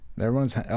everyone's